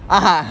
(uh huh)